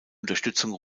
unterstützung